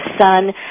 son